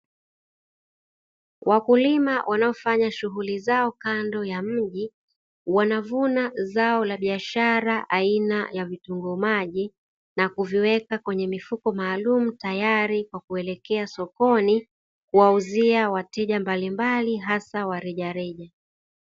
Wakulima wanaofanya shughuli zao kando ya mji wanavuna zao la biashara aina ya vitunguu maji, na kuviweka kwenye mifuko maalumu tayari kwa kupelekwa sokoni, kuwauzia wateja mbalimbali hasa wa rejareja.